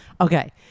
okay